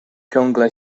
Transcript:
ciągle